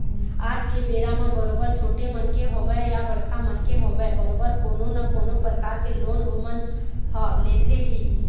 आज के बेरा म बरोबर छोटे मनखे होवय या बड़का मनखे होवय बरोबर कोनो न कोनो परकार के लोन ओमन ह लेथे ही